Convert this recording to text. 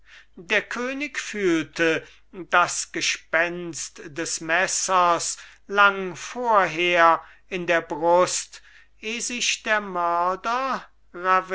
der könig fühlte das gespenst des messers lang vorher in der brust eh sich der mörder